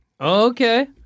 Okay